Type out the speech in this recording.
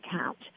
account